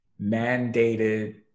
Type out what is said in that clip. mandated